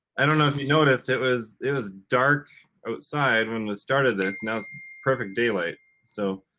i don't know if you noticed it was it was dark outside when we started this, now it's perfect daylight. so